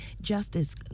Justice